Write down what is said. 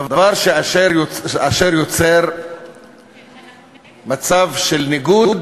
דבר אשר יוצר מצב של ניגוד